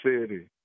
City